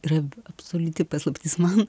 yra absoliuti paslaptis man